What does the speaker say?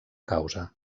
causa